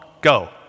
go